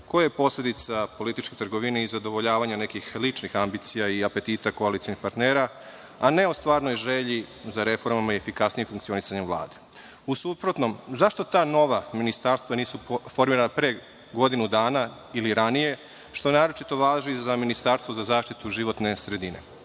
koje je posledica političke trgovine i zadovoljavanja nekih ličnih ambicija i apetita koalicionih partnera, a ne o stvarnoj želji za reformama i efikasnijem funkcionisanju Vlade.U suprotnom, zašto ta nova ministarstva nisu formirana pre godinu dana, ili ranije, što naročito važi za ministarstvo za zaštitu životne sredine? Već